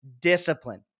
discipline